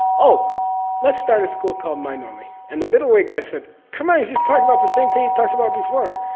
oh let's start a school called mind-only, and the middle way guys said, come on he just talked about the same thing he talked about before,